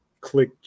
click